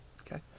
Okay